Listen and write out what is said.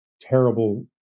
terrible